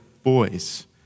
Boys